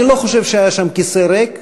אני לא חושב שהיה שם כיסא ריק,